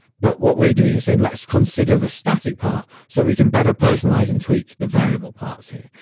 but what we're doing is saying let's consider the static part so we can better personalize and tweak the variable parts here.